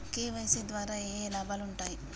KYC ద్వారా ఏఏ లాభాలు ఉంటాయి?